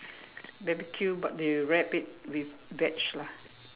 barbeque but they wrap it with veg lah